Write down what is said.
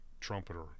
trumpeter